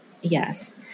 Yes